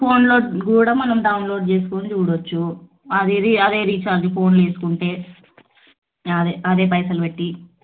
ఫోన్లో కూడా మనం డౌన్లోడు చేసుకొని చూడవచ్చు అదేది అదే రీఛార్జ్ ఫోన్లో వేసుకుంటే అదే అదే పైసలు పెట్టి